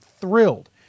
thrilled